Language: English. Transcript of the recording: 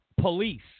police